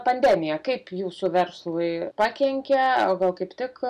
pandemija kaip jūsų verslui pakenkė o gal kaip tik